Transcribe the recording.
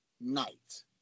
night